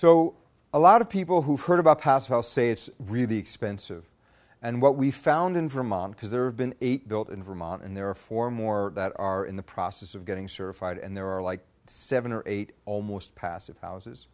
so a lot of people who've heard about house house say it's really expensive and what we found in vermont because there have been eight built in vermont and there are four more that are in the process of getting certified and there are like seven or eight almost passive houses